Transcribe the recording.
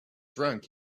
drunk